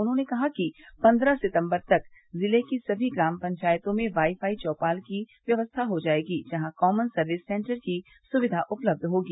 उन्होंने कहा कि पन्द्रह सितम्बर तक जिले की सभी ग्राम पंचायतों में वाईफाई चौपाल की व्यवस्था हो जायेगी जहां कॉमन सर्विस सेन्टर की सुक्वि उपलब्ध होगी